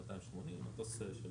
מטוס של